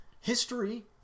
History